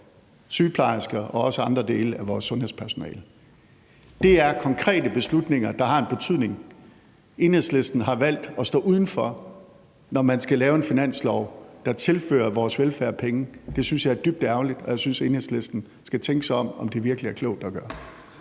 sygeplejersker og også andre dele af vores sundhedspersonale. Det er konkrete beslutninger, der har en betydning. Enhedslisten har valgt at stå udenfor, når der bliver lavet en finanslov, der tilfører vores velfærd penge. Det synes jeg er dybt ærgerligt, og jeg synes, Enhedslisten skal tænke sig om, i forhold til om det virkelig er klogt at gøre.